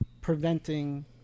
preventing